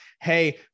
hey